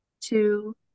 two